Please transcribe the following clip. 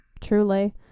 truly